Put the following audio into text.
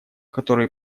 которые